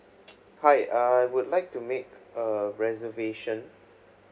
hi I would like to make a reservation